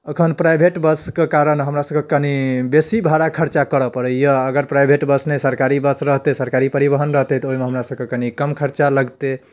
एखन प्राइवेट बसके कारण हमरासभके कनि बेसी भाड़ा खरचा करऽ पड़ैए अगर प्राइवेट बस नहि सरकारी बस रहतै सरकारी परिवहन रहतै तऽ ओहिमे हमरासभके कनि कम खरचा लगतै